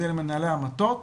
על ידי מנהלי המטות,